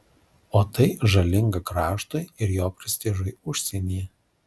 o tai žalinga kraštui ir jo prestižui užsienyje